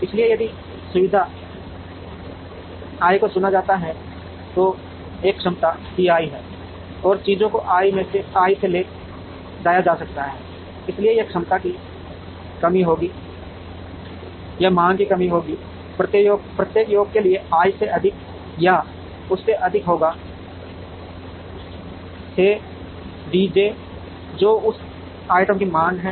इसलिए यदि सुविधा i को चुना जाता है तो एक क्षमता C i है और चीजों को i से ले जाया जा सकता है इसलिए यह क्षमता की कमी होगी यह मांग की कमी होगी प्रत्येक योग के लिए i से अधिक या उससे अधिक होगा से डी जे जो उस आइटम की मांग है